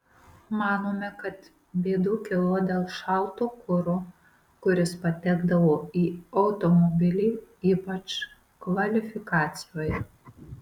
manome kad bėdų kilo dėl šalto kuro kuris patekdavo į automobilį ypač kvalifikacijoje